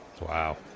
wow